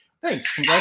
Thanks